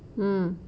mm